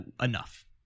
enough